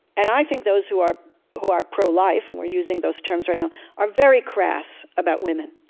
and i think those who are who are pro-life and we're using those terms right now are very crass about women,